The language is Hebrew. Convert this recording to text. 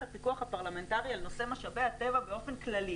את הפיקוח הפרלמנטרי על נושא משאבי הטבע באופן כללי